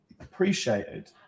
appreciated